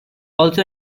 also